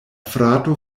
frato